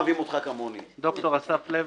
אני ד"ר אסף לוי,